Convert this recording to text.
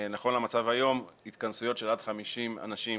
נכון למצב היום, התכנסויות של עד 50 אנשים